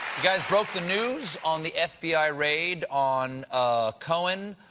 guys broke the news on the f b i. raid on cohen.